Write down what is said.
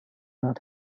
not